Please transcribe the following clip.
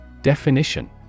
Definition